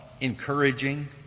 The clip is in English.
encouraging